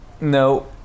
No